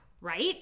right